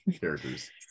characters